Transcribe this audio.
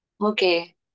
Okay